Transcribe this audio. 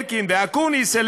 אלקין ואקוניס,